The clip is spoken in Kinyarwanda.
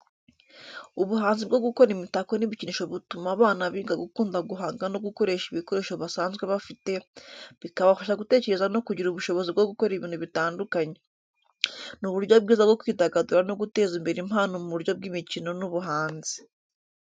Ubuhanzi bwo gukora imitako n’ibikinisho butuma abana biga gukunda guhanga no gukoresha ibikoresho basanzwe bafite, bikabafasha gutekereza no kugira ubushobozi bwo gukora ibintu bitandukanye. Ni uburyo bwiza bwo kwidagadura no guteza imbere impano mu buryo bw’imikino n’ubuhanzi.